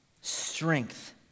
strength